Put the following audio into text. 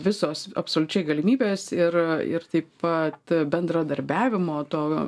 visos absoliučiai galimybės ir ir taip pat bendradarbiavimo to